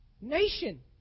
nation